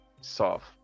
soft